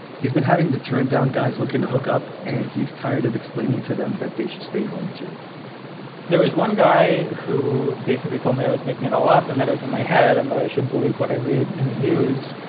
he's been having the down, guys looking to hook up, and he's tired of explaining to them that they should stay home, too there was one guy who basically told me i was making it all up and that was in my head and that i shouldn't believe what i read in the news.